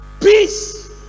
Peace